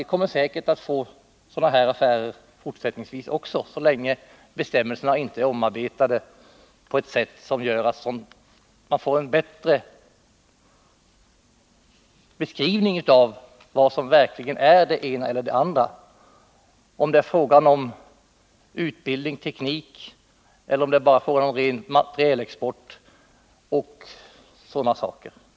Vi kommer säkerligen att få fler sådana här affärer också fortsättningsvis, så länge bestämmelserna inte har blivit omarbetade på ett sådant sätt att de bättre beskriver vad som är tillåtet och vad som inte är det i vad gäller frågor om utbildning och teknik, i vad gäller ren materielexport osv.